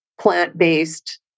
plant-based